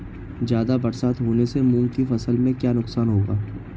ज़्यादा बरसात होने से मूंग की फसल में क्या नुकसान होगा?